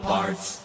Parts